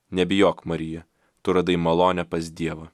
nebijok marija tu radai malonę pas dievą